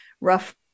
rough